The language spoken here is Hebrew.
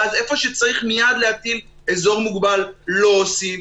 ואז איפה שצריך מייד להטיל אזור מוגבל לא עושים,